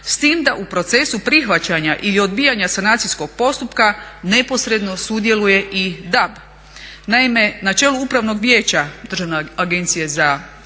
s tim da u procesu prihvaćanja ili odbijanja sanacijskog postupka neposredno sudjeluje i DAB. Naime na čelu Upravnog vijeća Državne agencije za